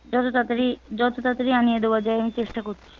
যত তাড়াতাড়ি যত তাড়াতাড়ি আনিয়ে দেওয়া যায় আমি চেষ্টা করছি